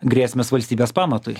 grėsmes valstybės pamatui